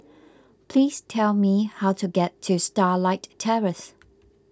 please tell me how to get to Starlight Terrace